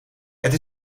het